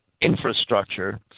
infrastructure